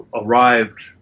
arrived